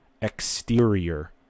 exterior